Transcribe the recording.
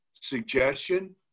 suggestion